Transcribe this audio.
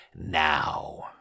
now